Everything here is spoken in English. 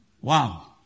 Wow